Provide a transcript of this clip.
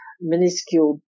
minuscule